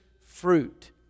fruit